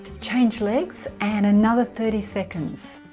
change legs and another thirty seconds